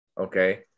okay